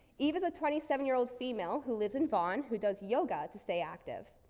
eva's a twenty seven year old female who lives in vaughan, who does yoga to stay active.